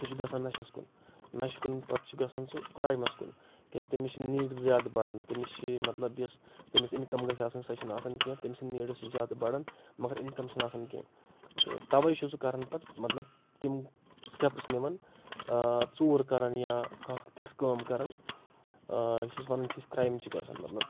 سُہ چھُ گژھان نَشَس کُن نَشکُن پَتہٕ چھُ گژھان سُہ کرایِمَس کُن کیازِ تٔمِس چھِ نیٖڈٕ زیادٕ بَڑان تٔمِس چھِ مطلب یُس تٔمِس اِنٛکَم گژھِ آسان سۄ چھَنہٕ آسان کینٛہہ تٔمۍ سٕنٛدۍ نیٖڈٕس چھِ زیادٕ بَڑان مگر اِنٛکَم چھِنہٕ آسان کینٛہہ تہٕ تَوَے چھُ سُہ کَرَان پَتہٕ مطلب تِم سٹیپٕس نِوَان ژوٗر کارَن یا کانٛہہ تِژھ کٲم کَرَان یُس اَسہِ وَنَان چھِ أسۍ کرٛایِم چھِ گژھَان مطلب